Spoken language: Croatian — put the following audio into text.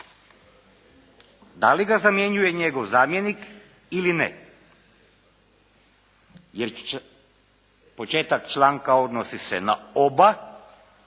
Da li ga zamjenjuje njegov zamjenik ili ne? Jel početak članka odnosi se na oba